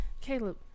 Caleb